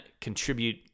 contribute